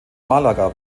málaga